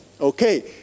Okay